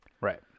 Right